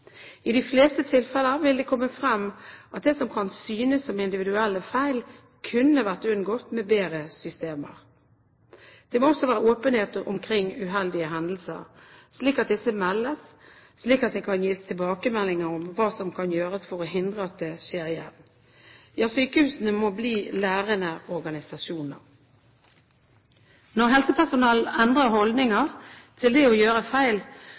I de fleste tilfeller vil det komme frem at det som kan synes som individuelle feil, kunne vært unngått med bedre systemer. Det må også være åpenhet omkring uheldige hendelser, slik at disse meldes, så det kan gis tilbakemeldinger om hva som kan gjøres for å hindre at det skjer igjen. Sykehusene må bli lærende organisasjoner. Når helsepersonell endrer holdninger til det å gjøre feil,